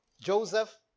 Joseph